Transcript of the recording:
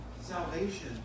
Salvation